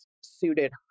suited